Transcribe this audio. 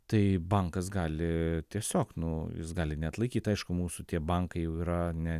tai bankas gali tiesiog nu jis gali neatlaikyt aišku mūsų tie bankai jau yra ne